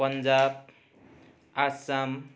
Punjab Assam